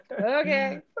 Okay